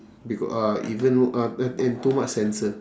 becau~ uh even uh and and too much sensor